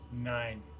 Nine